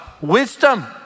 Wisdom